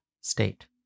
state